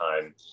time